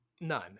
None